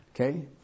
Okay